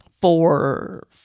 four